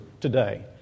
today